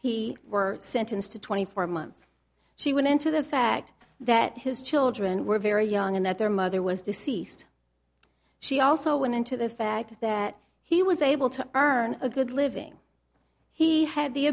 he were sentenced to twenty four months she went into the fact that his children were very young and that their mother was deceased she also went into the fact that he was able to earn a good living he had the